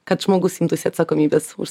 kad žmogus imtųsi atsakomybės už